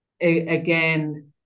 again